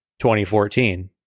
2014